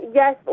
yes